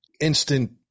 instant